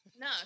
No